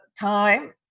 time